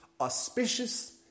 auspicious